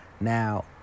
Now